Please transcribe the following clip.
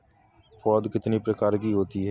पौध कितने प्रकार की होती हैं?